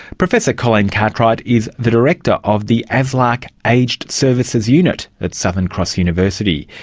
professor colleen cartwright is the director of the aslarc aged services unit at southern cross university.